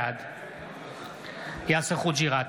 בעד יאסר חוג'יראת,